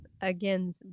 again